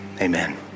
Amen